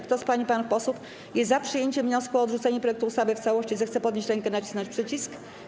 Kto z pań i panów posłów jest za przyjęciem wniosku o odrzucenie projektu ustawy w całości, zechce podnieść rękę i nacisnąć przycisk.